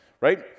right